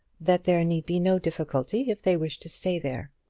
that there need be no difficulty if they wish to stay there.